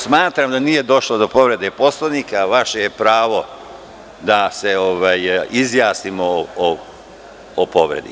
Smatram da nije došlo do povrede Poslovnika, a vaše je pravo da se izjasnimo o povredi.